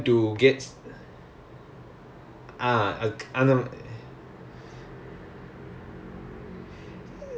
you need you need job satisfaction ஏனா நிறைய பேரு இந்த காலத்தில:aenaa niraya paeru intha kaalatthila they want they will go for money right